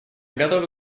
готовы